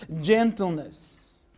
gentleness